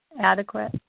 adequate